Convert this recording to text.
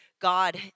God